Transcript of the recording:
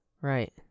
Right